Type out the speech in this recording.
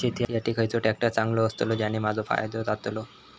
शेती साठी खयचो ट्रॅक्टर चांगलो अस्तलो ज्याने माजो फायदो जातलो?